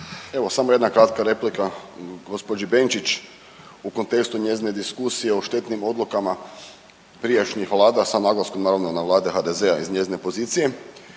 Evo samo jedna kratka replika gospođi Benčić u kontekstu njezine diskusije o štetnim odlukama prijašnjih vlada sa naglaskom naravno na vlade HDZ-a iz njezine pozicije.